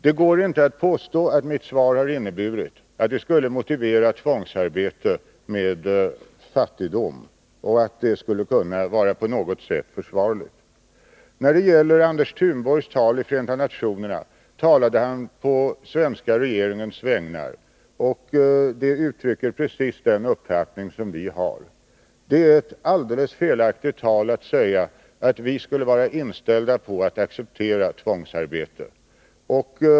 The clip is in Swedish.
Det går inte att påstå att mitt svar har inneburit att tvångsarbete skulle motiveras med fattigdom och att det skulle kunna vara på något sätt försvarligt. Anders Thunborg talade i Förenta nationerna på den svenska regeringens vägnar. Talet uttrycker precis den uppfattning som vi har. Det är alldeles felaktigt att säga att vi skulle vara inställda på att acceptera tvångsarbete.